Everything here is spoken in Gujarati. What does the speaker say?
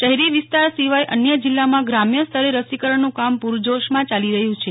શહેરી વિસ્તાર સિવાય અન્ય જિલ્લામાં ગ્રામ્ય સ્તરે રસીકરણનું કામ પૂરજોશમાં ચાલી રહ્યું છે